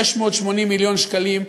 680 מיליון שקלים,